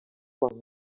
gijón